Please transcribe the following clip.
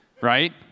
Right